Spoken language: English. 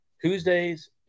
Tuesdays